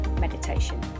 meditation